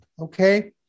Okay